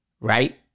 Right